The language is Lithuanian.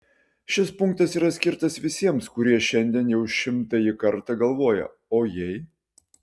šis punktas yra skirtas visiems kurie šiandien jau šimtąjį kartą galvoja o jei